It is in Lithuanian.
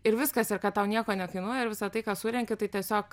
ir viskas ir kad tau nieko nekainuoja ir visa tai ką surenki tai tiesiog